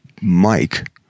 Mike